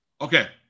Okay